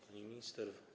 Pani Minister!